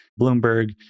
Bloomberg